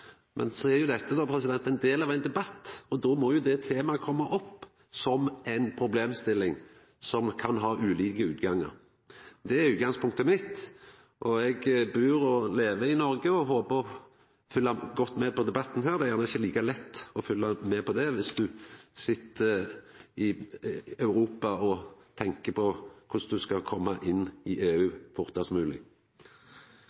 Men så er jo dette ein del av ein debatt, og då må jo det temaet koma opp som ei problemstilling som kan ha ulike utgangar. Det er utgangspunktet mitt. Eg bur og lever i Noreg og håper å følgja godt med på debatten her. Det er gjerne ikkje like lett å følgja med på det dersom du sit i Europa og tenkjer på korleis du skal koma inn i EU